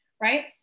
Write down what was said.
right